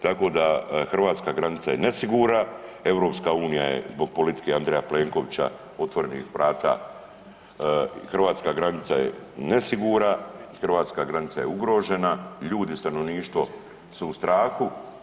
Tako da hrvatska granica je nesigurna, EU je zbog politike Andreja Plenkovića otvorenih vrata, hrvatska granica je nesigurna, hrvatska granica je ugrožena, ljudi i stanovništvo su u strahu.